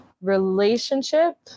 relationship